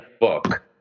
book